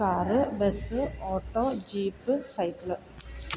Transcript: car bus auto jeep cycle